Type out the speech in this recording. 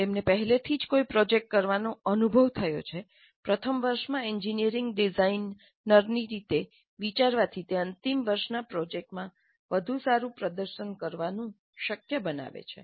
તેમને પહેલેથી જ કોઈ પ્રોજેક્ટ કરવાનો અનુભવ થયો છે પ્રથમ વર્ષમાં એન્જિનિયરિંગ ડિઝાઇનરની રીતે વિચારવાથી તે અંતિમ વર્ષના પ્રોજેક્ટમાં વધુ સારું પ્રદર્શન કરવાનું શક્ય બનાવે છે